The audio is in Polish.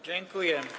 Dziękuję.